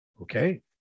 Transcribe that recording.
okay